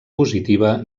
positiva